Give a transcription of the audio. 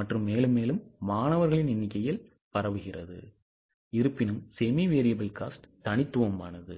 மற்றும் மேலும் மேலும் மாணவர்களின் எண்ணிக்கையில் பரவுகிறதுஇருப்பினும் semi variable cost தனித்துவமானது